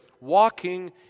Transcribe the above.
walking